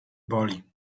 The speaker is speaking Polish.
boli